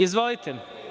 Izvolite.